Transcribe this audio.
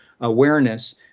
awareness